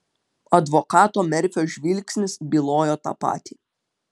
advokato merfio žvilgsnis bylojo tą patį